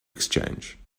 exchange